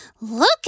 look